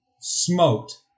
smoked